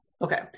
Okay